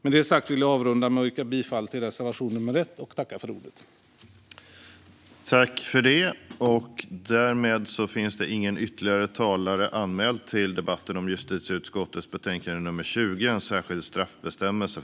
En särskild straff-bestämmelse för deltagande i en terroristorganisation Med det sagt vill jag avrunda med att yrka bifall till reservation 1.